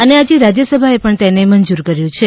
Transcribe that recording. અને આજે રાજ્યસભાએ પણ તેને મંજૂર કર્યું છે